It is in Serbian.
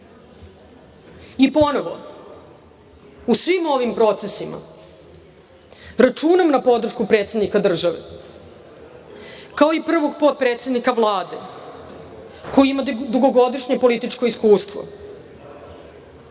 I ponovo, u svim ovim procesima računam na podršku predsednika države, kao i prvog potpredsednika Vlade, koji ima dugogodišnje političko iskustvo.